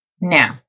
Now